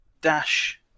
dash